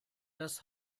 das